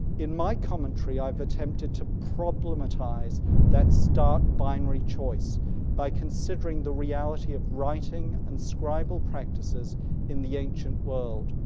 in my commentary i've attempted to problematize that start binary choice by considering the reality of writing and scribal practices in the ancient world.